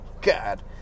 God